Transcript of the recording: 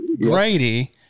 Grady